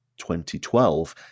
2012